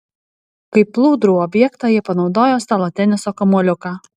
kaip plūdrų objektą jie panaudojo stalo teniso kamuoliuką